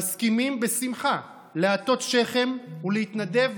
מסכימים בשמחה להטות שכם ולהתנדב,